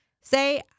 say